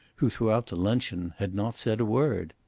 who throughout the luncheon had not said a word.